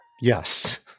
Yes